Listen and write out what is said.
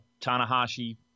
Tanahashi